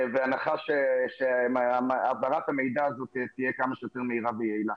בהנחה שהעברת המידע הזו תהיה כמה שיותר מהירה ויעילה.